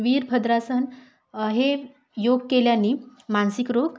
वीरभद्रासन हे योग केल्याने मानसिक रोग